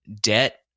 debt